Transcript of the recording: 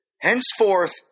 Henceforth